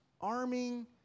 arming